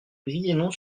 brienon